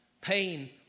pain